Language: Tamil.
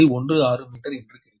162 மீட்டர் என்று கிடைக்கும்